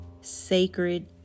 sacred